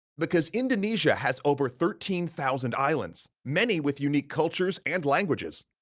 because indonesia has over thirteen thousand islands, many with unique cultures and languages.